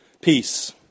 peace